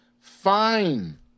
fine